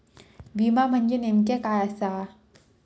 विमा म्हणजे नेमक्या काय आसा?